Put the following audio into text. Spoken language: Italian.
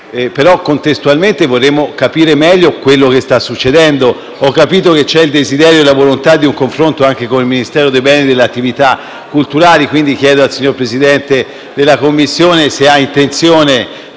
però - contestualmente - vorremmo capire meglio quello che sta succedendo. Ho capito che ci sono il desiderio e la volontà di un confronto anche con il Ministero per i beni e le attività culturali e quindi chiedo al Presidente della Commissione se ha intenzione